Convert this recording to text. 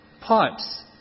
pipes